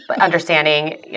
understanding